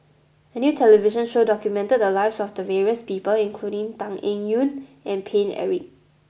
a new television show documented the lives of various people including Tan Eng Yoon and Paine Eric